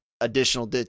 additional